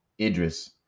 Idris